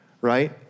Right